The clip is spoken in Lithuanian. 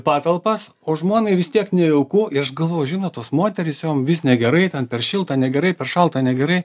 patalpas o žmonai vis tiek nejauku ir aš galvoju žinot tos moterys joms vi negerai ten per šilta negerai per šalta negerai